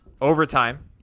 overtime